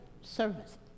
service